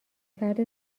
فرد